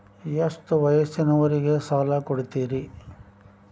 ಎಷ್ಟ ವಯಸ್ಸಿನವರಿಗೆ ಸಾಲ ಕೊಡ್ತಿರಿ?